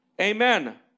amen